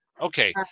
Okay